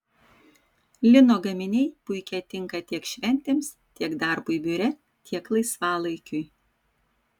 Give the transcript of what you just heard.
lino gaminiai puikiai tinka tiek šventėms tiek darbui biure tiek laisvalaikiui